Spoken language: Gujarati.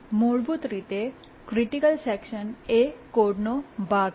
મૂળભૂત રીતે ક્રિટિકલ સેકશન એ કોડનો ભાગ છે